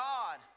God